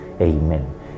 Amen